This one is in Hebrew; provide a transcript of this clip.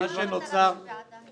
מה המטרה של הוועדה?